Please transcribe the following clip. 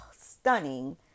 stunning